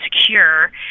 secure